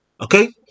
Okay